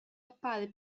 appare